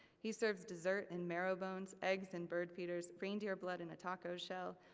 he serves dessert in marrow bones, eggs in bird feeders, reindeer blood in a taco shell,